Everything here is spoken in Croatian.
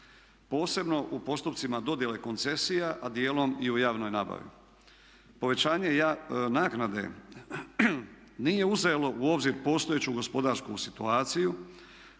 posebno u postupcima dodjele koncesija, a dijelom i u javnoj nabavi. Povećanje naknade nije uzelo u obzir postojeću gospodarsku situaciju